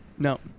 No